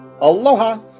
Aloha